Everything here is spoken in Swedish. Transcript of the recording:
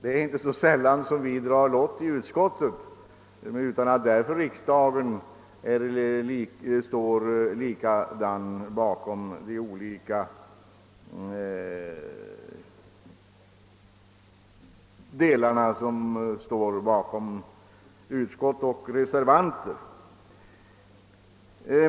Det är inte så sällan vi drar lott i utskottet utan att det behöver innebära motsvarande åsiktsfördelning inom riksdagen i dess helhet.